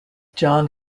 john